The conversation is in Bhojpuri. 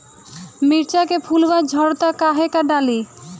मिरचा के फुलवा झड़ता काहे का डाली?